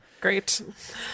Great